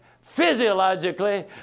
physiologically